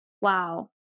wow